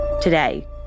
Today